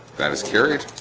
that is carried